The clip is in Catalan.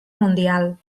mundial